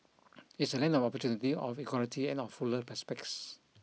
it's a land of opportunity of equality and of fuller prospects